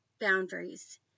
boundaries